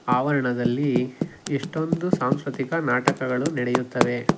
ಆವರಣದಲ್ಲಿ ಎಷ್ಟೊಂದು ಸಾಂಸ್ಕ್ರತಿಕ ನಾಟಕಗಳು ನಡೆಯುತ್ತವೆ